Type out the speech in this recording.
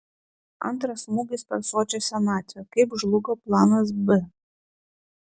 antras smūgis per sočią senatvę kaip žlugo planas b